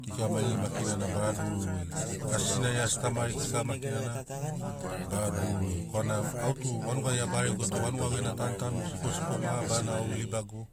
Kika maigeri makina na bara dururi goi asi sinari asi tamari makina na bara dururi goi korana au tu vanugai a baregoto vanuga gena tanutanu sikosiko mabarana au ribagu